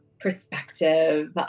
perspective